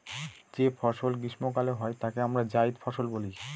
যে ফসল গ্রীস্মকালে হয় তাকে আমরা জাইদ ফসল বলি